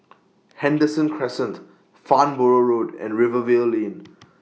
Henderson Crescent Farnborough Road and Rivervale Lane